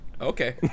Okay